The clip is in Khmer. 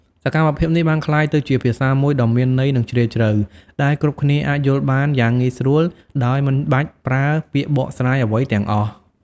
សកម្មភាពនេះបានក្លាយទៅជាភាសាមួយដ៏មានន័យនិងជ្រាលជ្រៅ ដែលគ្រប់គ្នាអាចយល់បានយ៉ាងងាយដោយមិនបាច់ប្រើពាក្យបកស្រាយអ្វីទាំងអស់។